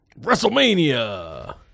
WrestleMania